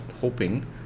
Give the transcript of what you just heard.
hoping